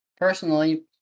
Personally